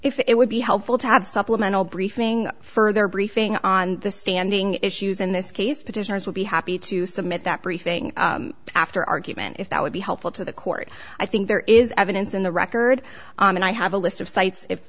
if it would be helpful to have supplemental briefing for their briefing on the standing issues in this case petitioners would be happy to submit that briefing after argument if that would be helpful to the court i think there is evidence in the record and i have a list of sites if